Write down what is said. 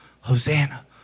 Hosanna